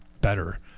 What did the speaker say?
better